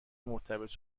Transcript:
مرتبط